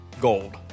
gold